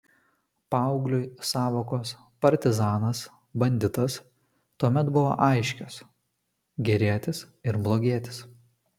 paaugliui sąvokos partizanas banditas tuomet buvo aiškios gerietis ir blogietis